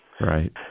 Right